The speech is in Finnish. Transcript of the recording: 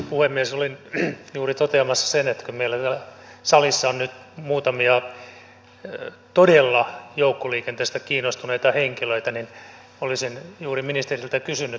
olisin juuri ministeriltä kysynyt kun meillä täällä salissa on nyt muutamia todella joukkoliikenteestä kiinnostuneita henkilöitä